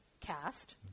cast